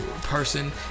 person